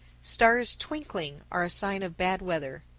stars twinkling are a sign of bad weather.